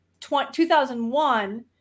2001